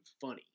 funny